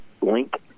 link